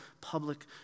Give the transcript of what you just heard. public